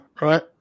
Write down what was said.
right